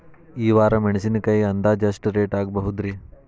ಈ ವಾರ ಮೆಣಸಿನಕಾಯಿ ಅಂದಾಜ್ ಎಷ್ಟ ರೇಟ್ ಆಗಬಹುದ್ರೇ?